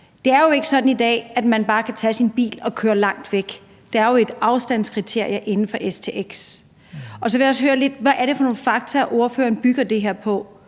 Det er jo ikke sådan i dag, at man bare kan tage sin bil og køre langt væk – der er jo et afstandskriterium inden for stx. Og så vil jeg gerne høre lidt om, hvad det er for nogle fakta, ordføreren bygger det her på.